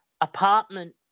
apartment